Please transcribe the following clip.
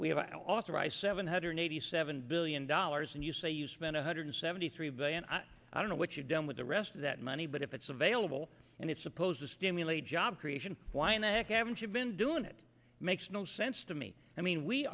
we have authorized seven hundred eighty seven billion dollars and you say you spent one hundred seventy three billion i don't know what you've done with the rest of that money but if it's available and it's supposed to stimulate job creation why in the heck haven't you been doing it make no sense to me i mean we